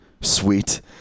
Sweet